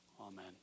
Amen